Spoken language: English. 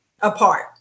apart